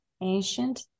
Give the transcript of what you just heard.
ancient